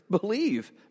believe